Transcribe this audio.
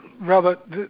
Robert